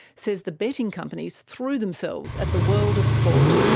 says the betting companies threw themselves at the world of sport.